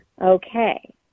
Okay